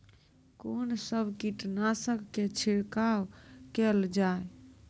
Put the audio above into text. कून सब कीटनासक के छिड़काव केल जाय?